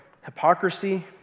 hypocrisy